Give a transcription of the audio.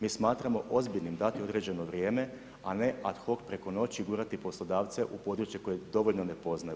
Mi smatramo ozbiljnim dati određeno vrijeme, a ne ad hoc preko noći gurati poslodavce u područje koje dovoljno ne poznaju.